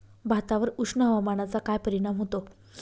भातावर उष्ण हवामानाचा काय परिणाम होतो?